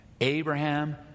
Abraham